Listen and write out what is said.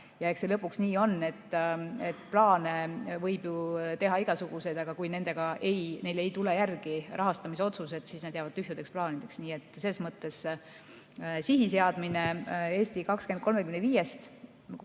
Eks see lõpuks nii ongi, et plaane võib teha igasuguseid, aga kui neile ei tule järgi rahastamisotsused, siis need jäävad tühjadeks plaanideks. Nii et selles mõttes sihi seadmine "Eesti 2035"